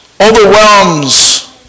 overwhelms